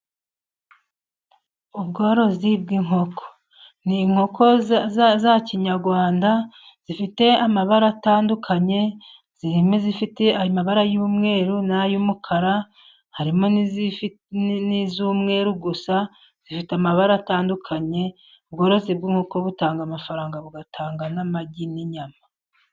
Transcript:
Ubworozi bw'inkoko. Ni inkoko za kinyarwanda zifite amabara atandukanye. Zifite ayo amabara y'umweru n'ay'umukara, harimo n'iz'umweru gusa. Zifite amabara atandukanye. Ubworozi bw'inkoko butanga amafaranga, bugatanga n'amagi n'inyama.